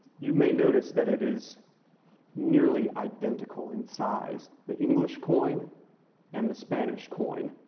you may notice that it is nearly identical in size, the english coin and the spanish coin.